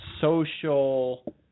social